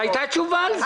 הייתה תשובה על זה.